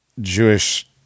Jewish